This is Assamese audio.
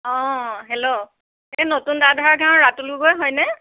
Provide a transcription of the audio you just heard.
অঁ হেল্ল' এ নতুন দাধৰা গাঁৱৰ ৰাতুল গগৈ হয় নে